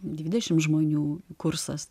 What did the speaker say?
dvidešim žmonių kursas